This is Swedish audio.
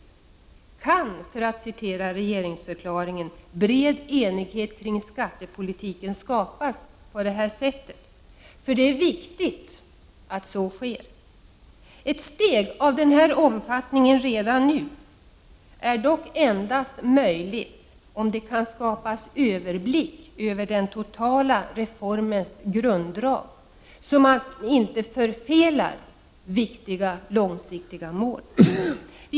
Kan, för att citera regeringsförklaringen, ”bred enighet kring skattepolitiken” skapas på detta sätt? Det är viktigt att så sker. Ett steg av denna omfattning redan nu är dock endast möjligt om det kan skapas överblick över den totala reformens grunddrag så att inte viktiga långsiktiga mål förfelas.